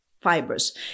fibers